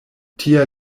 tia